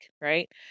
right